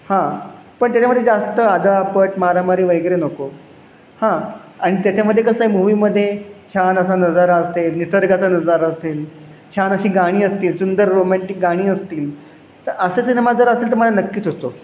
हां पण त्याच्यामध्ये जास्त आदळआपट मारामारी वगैरे नको हां आणि त्याच्यामध्ये कसं आहे मूवीमध्ये छान असा नजारा असेल निसर्गाचा नजारा असेल छान अशी गाणी असतील सुंदर रोमॅन्टिक गाणी असतील तर असा सिनेमा जर असेल तर मला नक्की सुचव